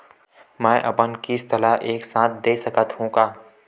मै अपन किस्त ल एक साथ दे सकत हु का?